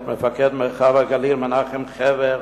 את מפקד מרחב הגליל מנחם חבר,